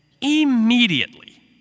immediately